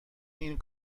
این